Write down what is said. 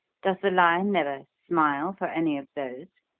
does the lion never smile for any of those?